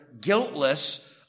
guiltless